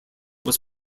was